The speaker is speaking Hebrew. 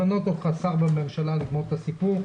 למנות אותך שר בממשלה ולסיים את הסיפור.